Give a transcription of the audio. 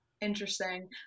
interesting